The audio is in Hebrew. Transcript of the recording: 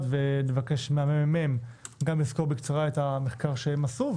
ונבקש מהמ.מ.מ לסקור בקצרה את המחקר שהם עשו,